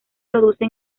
produce